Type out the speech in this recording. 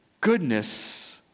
goodness